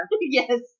Yes